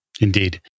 Indeed